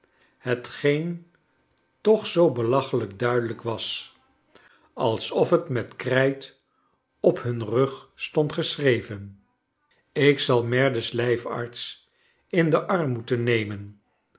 hetgeen toch zoo belachelijk duidelijk was alsof het met krijt op hun rug stond geschreven ik zal merdle's lijfarts in den arm moeten nemen